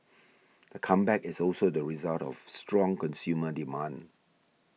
the comeback is also the result of strong consumer demand